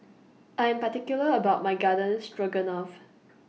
I'm particular about My Garden Stroganoff